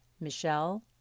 michelle